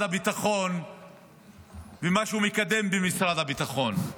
הביטחון ומה שהוא מקדם במשרד הביטחון.